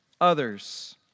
others